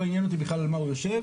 לא עניין אותי בכלל על מה הוא יושב,